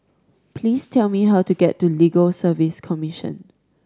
please tell me how to get to Legal Service Commission